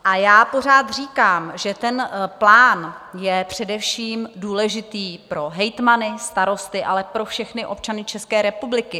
A já pořád říkám, že ten plán je především důležitý pro hejtmany, starosty, ale pro všechny občany České republiky.